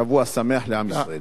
שבוע שמח לעם ישראל.